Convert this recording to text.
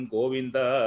Govinda